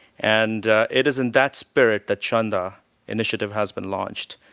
and it is in that spirit that chandah initiative has been launched.